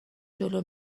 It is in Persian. جلو